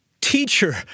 Teacher